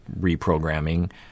reprogramming